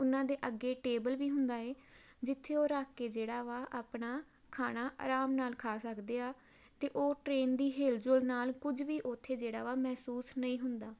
ਉਹਨਾਂ ਦੇ ਅੱਗੇ ਟੇਬਲ ਵੀ ਹੁੰਦਾ ਹੈ ਜਿੱਥੇ ਉਹ ਰੱਖ ਕੇ ਜਿਹੜਾ ਵਾ ਆਪਣਾ ਖਾਣਾ ਆਰਾਮ ਨਾਲ ਖਾ ਸਕਦੇ ਆ ਅਤੇ ਉਹ ਟ੍ਰੇਨ ਦੀ ਹਿਲਜੁਲ ਨਾਲ ਕੁਝ ਵੀ ਉੱਥੇ ਜਿਹੜਾ ਵਾ ਮਹਿਸੂਸ ਨਹੀਂ ਹੁੰਦਾ